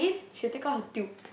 she'll take out her tube